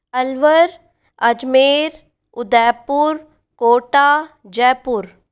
Alwar Ajmer Udaipur Kota Jaipur